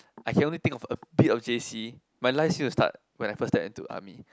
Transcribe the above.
I can only think about a bit of j_c my life seem to start when I first step into army